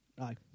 Aye